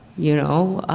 you know,